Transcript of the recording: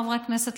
חבריי חברי הכנסת,